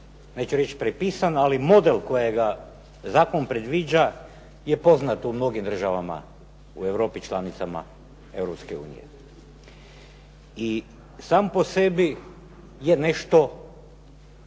neću reći prepisan ali model kojega zakon predviđa je poznat u mnogim državama u europi članicama Europske unije. I sam po sebi je nešto